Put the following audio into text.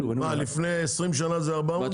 לפני 20 שנה זה היה 400 מיליון